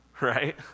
right